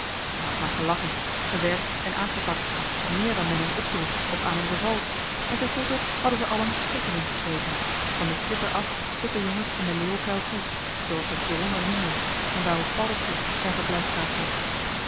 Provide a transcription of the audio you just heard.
hij had maar gelachen gewerkt en aangepakt méér dan men hem opdroeg of aan hem beval en ten slotte hadden ze allen schik in hem gekregen van den schipper af tot de jongens in den leeuwenkuil toe zooals ze t vooronder noemden en waar ook paddeltje zijn verblijfplaats had